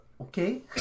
Okay